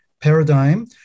paradigm